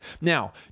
Now